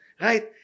right